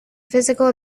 physical